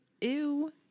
Ew